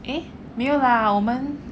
eh 没有 lah 我们